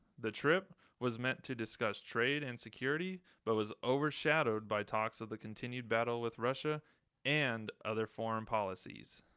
the trip was meant to discuss trade and security but was overshadowed by talks of the continued battle with russia and other foreign policies.